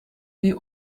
die